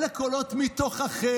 אלה קולות מתוככם,